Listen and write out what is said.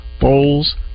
Bowls